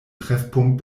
treffpunkt